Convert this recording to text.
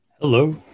Hello